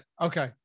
okay